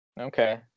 Okay